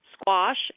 squash